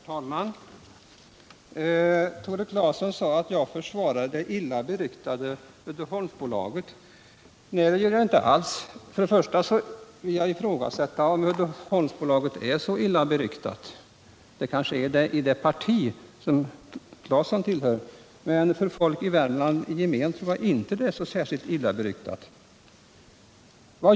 Herr talman! Tore Claeson sade att jag försvarar det illa beryktade Uddeholmsbolaget. Det gör jag inte alls. Först och främst vill jag ifrågasätta om Uddeholmsbolaget är illa beryktat. Det kanske är det i det parti som Tore Claeson tillhör, men hos folk i gemen i Värmland är det inte illa beryktat.